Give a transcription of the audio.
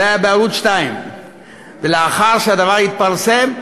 זה היה בערוץ 2. ולאחר שהדבר התפרסם,